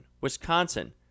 Wisconsin